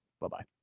Bye-bye